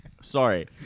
Sorry